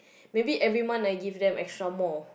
maybe every month I give them extra more